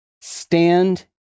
stand